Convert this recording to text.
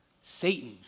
Satan